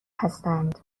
هستند